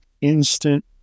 instant